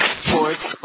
sports